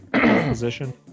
Position